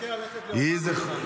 שנזכה ללכת לאורם --- כן.